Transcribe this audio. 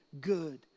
good